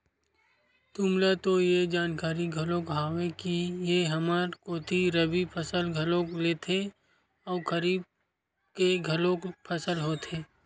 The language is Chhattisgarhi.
तुमला तो ये जानकारी घलोक हावे ही के हमर कोती रबि फसल घलोक लेथे अउ खरीफ के घलोक फसल होथे